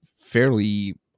fairly